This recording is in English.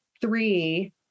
three